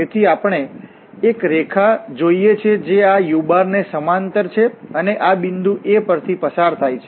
તેથી આપણે એક રેખા જોઈએ છે જે આ u ને સમાંતર છે અને આ બિંદુ A પરથી પસાર થાય છે